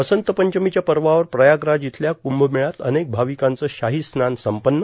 वसंत पंचमीच्या पर्वावर प्रयागराज इथल्या कंभमेळयात अनेक भाविकांचं शाही स्नान संपन्न